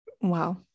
Wow